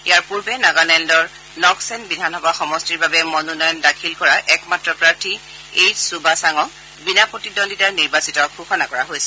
ইয়াৰ পূৰ্বে নগালেণ্ডৰ নক্ছেন বিধানসভা সমষ্টিৰ বাবে মনোনয়ন দাখিল কৰা একমাত্ৰ প্ৰাৰ্থী এইছ ছুবা চাঙক বিনা প্ৰতিদ্বন্দ্বিতাই নিৰ্বাচিত ঘোষণা কৰা হৈছিল